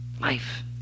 life